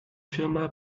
firma